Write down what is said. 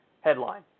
headline